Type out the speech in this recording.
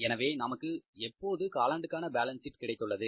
எனவே நமக்கு இப்போது காலாண்டுக்கான பேலன்ஸ் ஷீட் கிடைத்துள்ளது